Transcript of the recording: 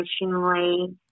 emotionally